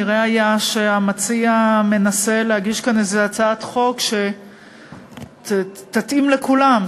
נראה היה שהמציע מנסה להגיש כאן איזה הצעת חוק שתתאים לכולם,